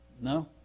No